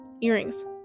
earrings